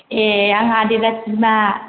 ए आंहा देबदास बिमा